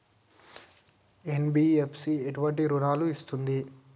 NBFC ఎటువంటి రుణాలను ఇస్తుంది?